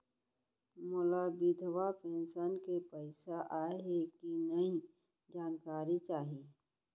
मोला विधवा पेंशन के पइसा आय हे कि नई जानकारी चाही?